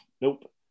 nope